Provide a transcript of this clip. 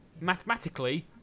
mathematically